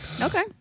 Okay